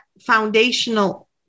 foundational